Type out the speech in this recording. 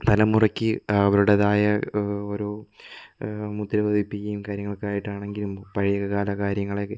തലമുറയ്ക്ക് അവരുടേതായ ഓരോ മുദ്ര പതിപ്പിക്കുകയും കാര്യങ്ങളൊക്കെ ആയിട്ടാണെങ്കിലും പഴയകാല കാര്യങ്ങളെ